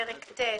פרק ט',